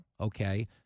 okay